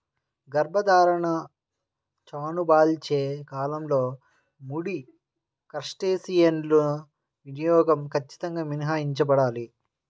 గర్భధారణ, చనుబాలిచ్చే కాలంలో ముడి క్రస్టేసియన్ల వినియోగం ఖచ్చితంగా మినహాయించబడాలి